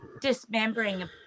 dismembering